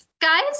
guys